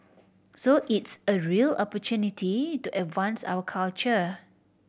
so it's a real opportunity to advance our culture